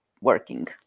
working